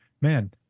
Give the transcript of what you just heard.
man